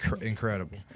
incredible